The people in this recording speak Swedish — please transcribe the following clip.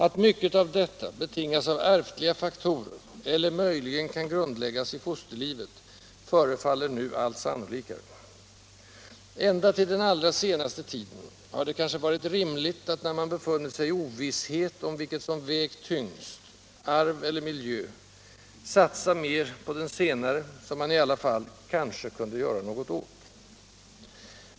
Att mycket av detta betingas av ärftliga faktorer — eller möjligen kan grundläggas i fosterlivet — förefaller nu allt sannolikare. Ända till den allra senaste tiden har det kanske varit rimligt att när man befunnit sig i ovisshet om vilket som vägt tyngst, arv eller miljö, har man satsat på den senare, som man i alla fall kanske kunde göra något åt.